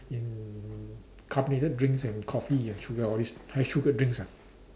in carbonated drinks and coffee and sugar all these high sugared drinks ah